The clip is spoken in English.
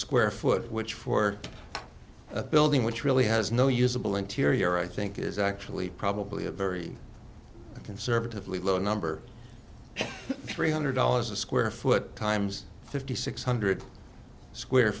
square foot which for a building which really has no usable interior i think is actually probably a very conservatively low number three hundred dollars a square foot times fifty six hundred square